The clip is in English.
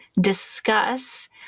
discuss